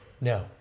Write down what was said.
No